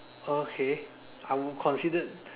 okay I would consider